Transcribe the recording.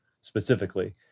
specifically